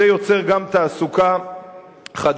זה יוצר גם תעסוקה חדשה.